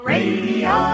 Radio